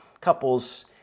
couples